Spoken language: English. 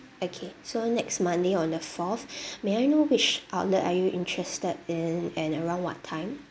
okay so next monday on the fourth may I know which outlet are you interested in and around what time